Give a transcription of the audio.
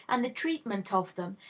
and the treatment of them,